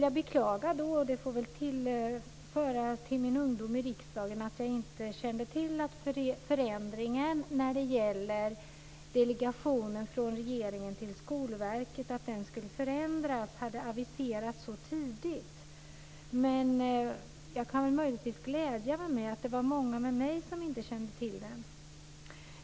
Jag beklagar att jag inte kände till att förändringen av delegationen från regeringen till Skolverket hade aviserats så tidigt, men det får väl hänföras till min korta tid i riksdagen. Jag kan möjligen glädja mig med att det var många med mig som inte kände till detta.